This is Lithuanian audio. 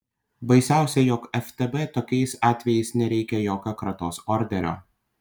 baisiausia jog ftb tokiais atvejais nereikia jokio kratos orderio